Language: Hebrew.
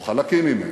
או חלקים ממנה,